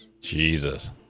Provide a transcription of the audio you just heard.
Jesus